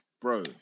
Bro